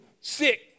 sick